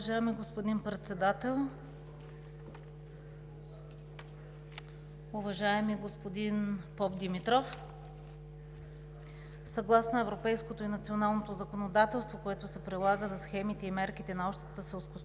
Уважаеми господин Председател! Уважаеми господин Попдимитров, съгласно европейското и националното законодателство, което се прилага за схемите и мерките на Общата